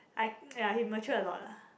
I think ya he mature a lot ah